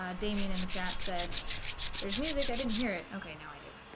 ah damien and the chat said there's music i didn't hear it okay now i do